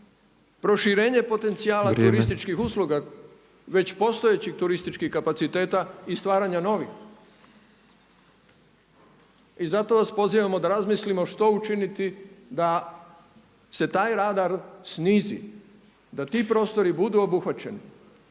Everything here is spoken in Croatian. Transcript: proširenje potencijala turističkih usluga već postojećih turističkih kapaciteta i stvaranja novih? I zato vas pozivamo da razmislimo što učiniti da se taj radar snizi, da ti prostori budu obuhvaćeni